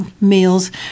meals